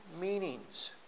meanings